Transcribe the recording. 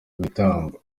ibitambo